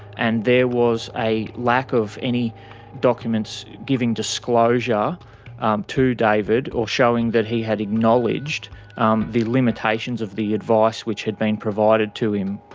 and there was a lack of any documents giving disclosure um to david or showing that he had acknowledged um the limitations of the advice which had been provided to him.